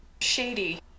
shady